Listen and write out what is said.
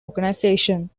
organisation